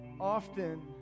often